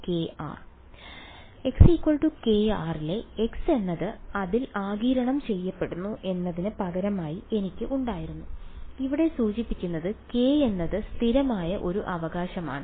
അതിനാൽ x kr x എന്നത് അതിൽ ആഗിരണം ചെയ്യപ്പെടുന്നു എന്നതിന് പകരമായി എനിക്ക് ഉണ്ടായിരുന്നു ഇവിടെ സൂചിപ്പിക്കുന്നത് k എന്നത് സ്ഥിരമായ ഒരു അവകാശമാണ്